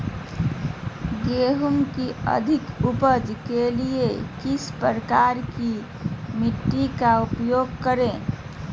गेंहू की अधिक उपज के लिए किस प्रकार की मिट्टी का उपयोग करे?